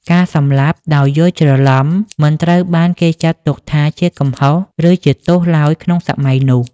ការសម្លាប់ «ដោយយល់ច្រឡំ» មិនត្រូវបានគេចាត់ទុកថាជាកំហុស ឬជាទោសឡើយក្នុងសម័យនោះ។